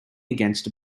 against